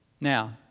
Now